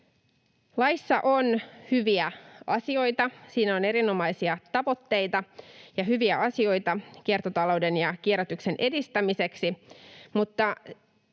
Laissa on hyviä asioita. Siinä on erinomaisia tavoitteita ja hyviä asioita kiertotalouden ja kierrätyksen edistämiseksi, mutta